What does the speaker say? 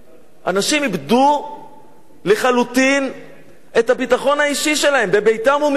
אנשים איבדו לחלוטין את הביטחון האישי שלהם בביתם-הוא-מבצרם,